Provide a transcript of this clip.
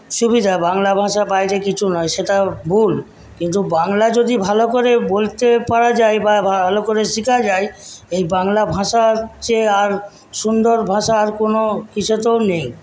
সুবিধা বাংলা ভাষা বাইরে কিছু নয় সেটা ভুল কিন্তু বাংলা যদি ভালো করে বলতে পারা যায় বা ভা ভালো করে শেখা যায় এই বাংলা ভাষার চেয়ে আর সুন্দর ভাষা আর কোন কিছুতেও নেই